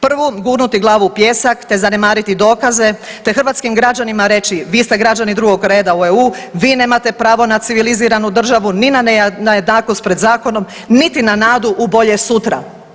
Prvu, gurnuti glavu u pijesak te zanemariti dokaze te hrvatskim građanima reći vi ste građani drugog reda u EU, vi nemate pravo na civiliziranu državu, ni na jednakost pred zakonom, niti na nadu u bolje sutra.